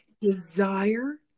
Desire